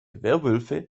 werwölfe